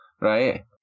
right